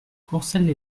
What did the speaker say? courcelles